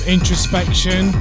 Introspection